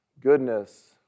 goodness